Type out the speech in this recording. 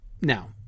now